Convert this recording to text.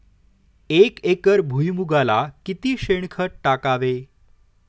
एक एकर भुईमुगाला किती शेणखत टाकावे?